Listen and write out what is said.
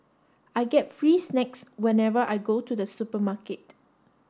I get free snacks whenever I go to the supermarket